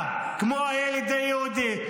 דעה כמו הילד היהודי.